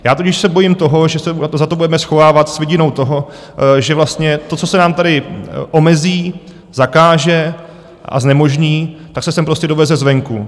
Já totiž se bojím toho, že se za to budeme schovávat s vidinou toho, že vlastně to, co se nám tady omezí, zakáže a znemožní, tak se sem prostě doveze zvenku.